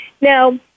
Now